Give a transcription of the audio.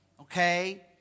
Okay